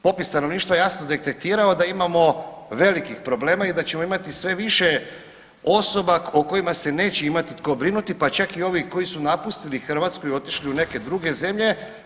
Popis stanovništva je jasno detektirao da imamo velikih problema i da ćemo imati sve više osoba o kojima se neće imati tko brinuti, pa čak i ovi koji su napustili Hrvatsku i otišli u neke druge zemlje.